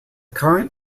current